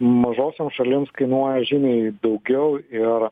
mažosioms šalims kainuoja žymiai daugiau ir